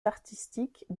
artistiques